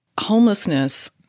homelessness